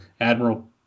Admiral